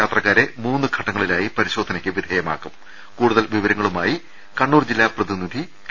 യാത്രക്കാരെ മൂന്നു ഘട്ടങ്ങളിലായി പരിശോധനയ്ക്ക് വിധേയമാക്കും കൂടുതൽ വിവരങ്ങളുമായി കണ്ണൂർ ജില്ലാ പ്രതിനിധി കെ